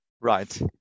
Right